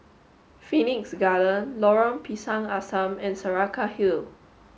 Phoenix Garden Lorong Pisang Asam and Saraca Hill